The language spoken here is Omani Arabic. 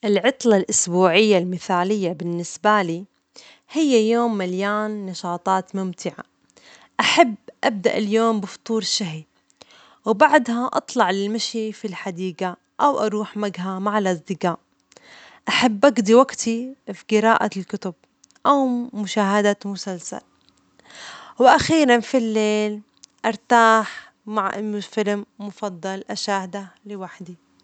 العطلة الأسبوعية المثالية بالنسبة لي هي يوم مليان نشاطات ممتعة، أحب أبدأ اليوم بفطور شهي وبعدها أطلع للمشي في الحديجة ،أو أروح مجهى مع الأصدجاء، أحب أجضي وجتي في جراءة الكتب ،أو مشاهدة مسلسل، وأخيرا في الليل أرتاح مع ام الفيلم مفضل أشاهده لوحدي.